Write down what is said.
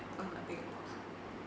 got nothing to talk